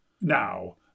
Now